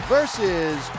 Versus